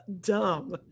dumb